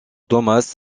thomas